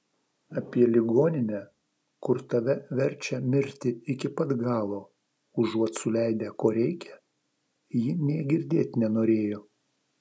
apie ligoninę kur tave verčia mirti iki pat galo užuot suleidę ko reikia ji nė girdėt nenorėjo